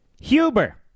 Huber